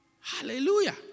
Hallelujah